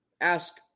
Ask